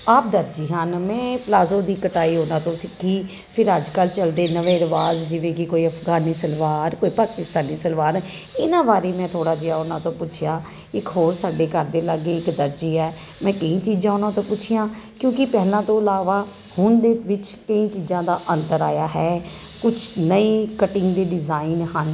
ਆਪ ਦਰਜੀ ਹਨ ਮੈਂ ਪਲਾਜੋ ਦੀ ਕਟਾਈ ਉਹਨਾਂ ਤੋਂ ਸਿੱਖੀ ਫਿਰ ਅੱਜ ਕੱਲ ਚੱਲਦੇ ਨਵੇਂ ਰਿਵਾਜ ਜਿਵੇਂ ਕੀ ਕੋਈ ਅਫਗਾਨੀ ਸਲਵਾਰ ਕੋਈ ਪਾਕਿਸਤਾਨੀ ਸਲਵਾਰ ਇਹਨਾਂ ਬਾਰੇ ਮੈਂ ਥੋੜਾ ਜਿਹਾ ਉਹਨਾਂ ਤੋਂ ਪੁੱਛਿਆ ਇੱਕ ਹੋਰ ਸਾਡੇ ਘਰ ਦੇ ਲਾਗੇ ਇਕ ਦਰਜੀ ਹ ਮੈਂ ਕਈ ਚੀਜ਼ਾਂ ਉਹਨਾਂ ਤੋਂ ਪੁੱਛਿਆ ਕਿਉਂਕਿ ਪਹਿਲਾਂ ਤੋਂ ਇਲਾਵਾ ਹੁਣ ਦੇ ਵਿੱਚ ਕਈ ਚੀਜ਼ਾਂ ਦਾ ਅੰਤਰ ਆਇਆ ਹੈ ਕੁਛ ਨਈਂ ਕਟਿੰਗ ਦੇ ਡਿਜਾਇਨ ਹਨ